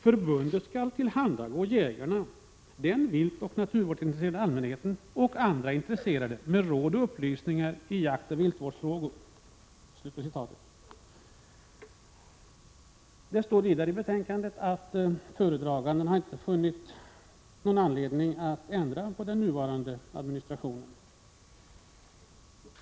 Förbundet skall tillhandagå jägarna, den viltoch naturvårdsintresserade allmänheten och andra intresserade med råd och upplysningar i jaktoch viltvårdsfågor.” Det står vidare i betänkandet att föredraganden inte funnit anledning att ändra på den nuvarande administrationen.